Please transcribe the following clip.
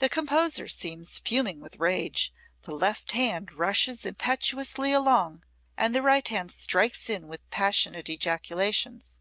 the composer seems fuming with rage the left hand rushes impetuously along and the right hand strikes in with passionate ejaculations.